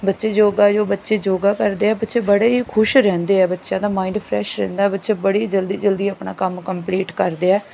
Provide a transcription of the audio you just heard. ਬੱਚੇ ਯੋਗਾ ਜੋ ਬੱਚੇ ਯੋਗਾ ਕਰਦੇ ਆ ਬੱਚੇ ਬੜੇ ਹੀ ਖੁਸ਼ ਰਹਿੰਦੇ ਆ ਬੱਚਿਆਂ ਦਾ ਮਾਇੰਡ ਫਰੈਸ਼ ਰਹਿੰਦਾ ਬੱਚੇ ਬੜੀ ਜਲਦੀ ਜਲਦੀ ਆਪਣਾ ਕੰਮ ਕੰਪਲੀਟ ਕਰਦੇ ਆ